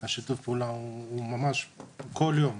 שיתוף הפעולה הוא ממש כל יום.